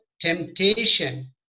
temptation